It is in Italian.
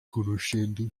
conoscendo